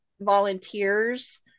volunteers